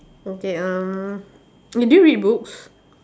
okay um eh do you read books